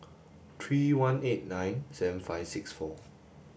three one eight nine seven five six four